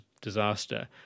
disaster